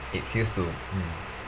it's used to mm